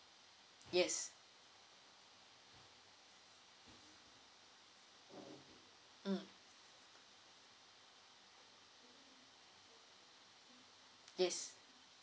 yes mm yes